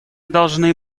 должны